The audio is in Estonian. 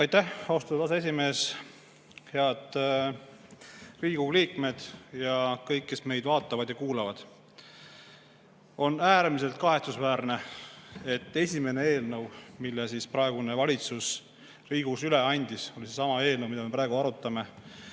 Aitäh, austatud aseesimees! Head Riigikogu liikmed ja kõik, kes meid vaatavad ja kuulavad! On äärmiselt kahetsusväärne, et esimene eelnõu, mille praegune valitsus Riigikogus üle andis, on seesama eelnõu, mida me praegu arutame